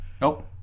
Nope